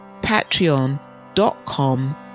patreon.com